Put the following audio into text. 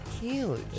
Huge